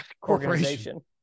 corporation